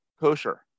kosher